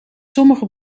sommige